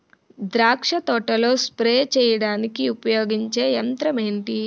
ద్రాక్ష తోటలో స్ప్రే చేయడానికి ఉపయోగించే యంత్రం ఎంటి?